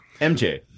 MJ